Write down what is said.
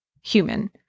human